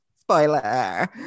Spoiler